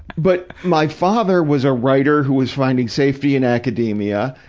but, my father was a writer who was finding safety in academia,